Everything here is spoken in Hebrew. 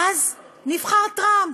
ואז נבחר טראמפ,